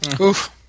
Oof